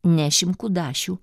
nešim kudašių